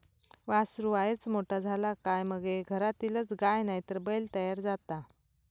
वासरू वायच मोठा झाला काय मगे घरातलीच गाय नायतर बैल तयार जाता